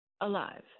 alive